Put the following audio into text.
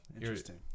Interesting